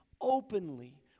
openly